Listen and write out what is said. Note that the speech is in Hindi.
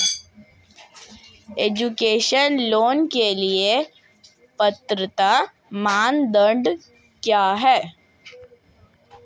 एजुकेशन लोंन के लिए पात्रता मानदंड क्या है?